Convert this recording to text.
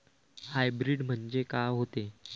Hybrid म्हनजे का होते?